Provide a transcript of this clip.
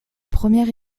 première